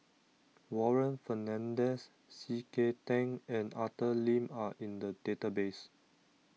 Warren Fernandez C K Tang and Arthur Lim are in the database